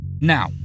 Now